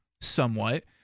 somewhat